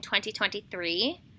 2023